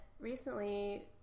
Recently